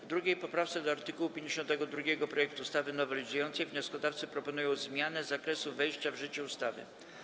W 2. poprawce do art. 52 projektu ustawy nowelizującej wnioskodawcy proponują zmianę zakresu wejścia w życie ustawy.